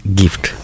gift